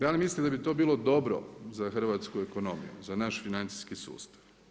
Da li mislite da bi to bilo dobro za hrvatsku ekonomiju, za naš financijski sustav.